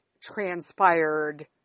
transpired